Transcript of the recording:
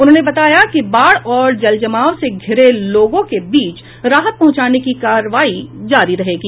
उन्होंने बताया कि बाढ़ और जलजमाव से घिरे लोगों के बीच राहत पहुंचाने की कार्रवाई जारी रहेगी